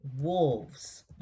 wolves